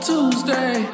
Tuesday